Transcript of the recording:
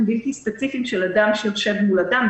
בלתי ספציפיים של אדם שיושב מול אדם,